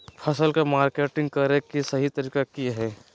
फसल के मार्केटिंग करें कि सही तरीका की हय?